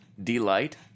Delight